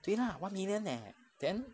对 lah one million leh then